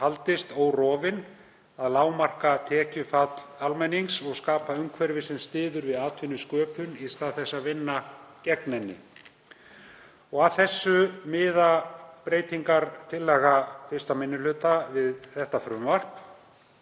haldist órofin, að lágmarka tekjufall almennings og skapa umhverfi sem styður við atvinnusköpun í stað þess að vinna gegn henni. Að þessu miðar breytingartillaga 1. minni hluta við frumvarpið